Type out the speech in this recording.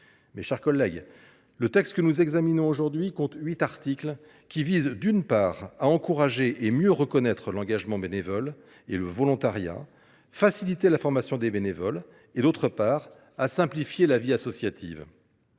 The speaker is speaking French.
Mes chers collègues, le texte que nous examinons aujourd’hui compte huit articles, qui visent, d’une part, à encourager et mieux reconnaître l’engagement bénévole et le volontariat, à faciliter la formation des bénévoles et, d’autre part, à simplifier la vie associative.